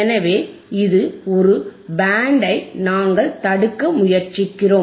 எனவே இது ஒரு பேண்டை நாங்கள் தடுக்க முயற்சிக்கிறோம்